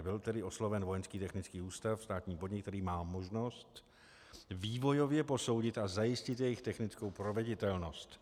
Byl tedy osloven Vojenský technický ústav, státní podnik, který má možnost vývojově posoudit a zajistit jejich technickou proveditelnost.